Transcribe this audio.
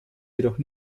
jedoch